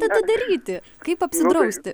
tada daryti kaip apsidrausti